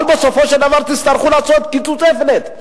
אבל בסופו של דבר תצטרכו לעשות קיצוצי flat.